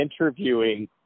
interviewing